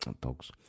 dogs